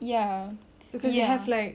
ya ya